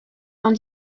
dans